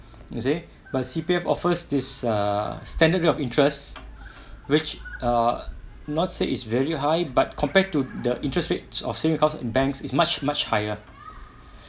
you see but C_P_F offers this err standard rate of interest which err not say is very high but compared to the interest rates or savings account in banks is much much higher